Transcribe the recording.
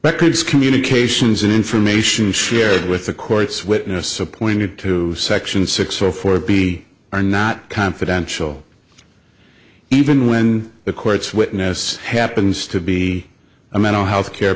kids communications and information shared with the courts witness appointed to section six zero four b are not confidential even when the court's witness happens to be a mental health care